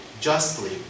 justly